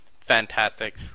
fantastic